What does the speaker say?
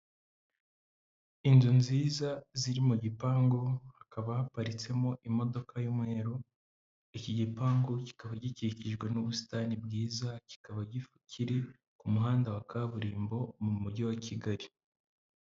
Inzu nziza ziri mu gipangu hakaba haparitsemo imodoka y'umweru, iki gipangu kikaba gikikijwe n'ubusitani bwiza, kikaba kiri ku muhanda wa kaburimbo, mu Mujyi wa Kigali.